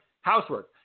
Housework